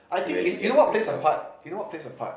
I think in you know what plays apart you know what plays apart